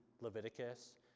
Leviticus